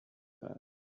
that